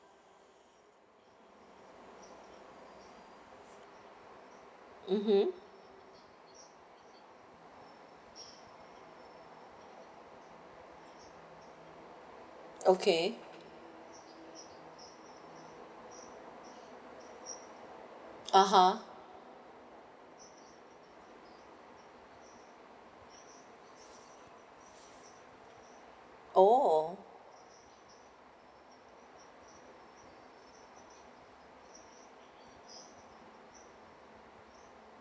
mmhmm okay (uh huh) oh